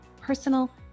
personal